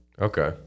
Okay